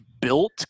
built